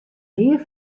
mear